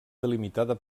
delimitada